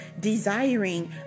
desiring